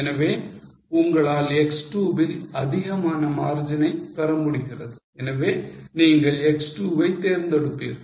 எனவே உங்களால் X2 வில் அதிகமான margin ஐ பெற முடிகிறது எனவே நீங்கள் X2 வை தேர்ந்தெடுப்பீர்கள்